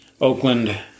Oakland